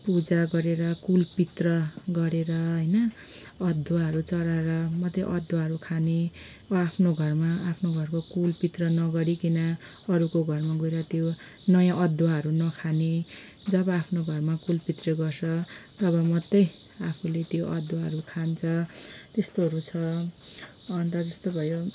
पूजा गरेर कुलपित्र गरेर होइन अदुवाहरू चढाएर मात्रै अदुवाहरू खाने वा आफ्नो घरमा आफ्नो घरको कुलपित्र नगरीकन अरूको घरमा गएर त्यो नयाँ अदुवाहरू नखाने जब आफ्नो घरमा कुलपित्र गर्छ तब मात्रै आफूले त्यो अदुवाहरू खान्छ त्यस्तोहरू छ अन्त जस्तो भयो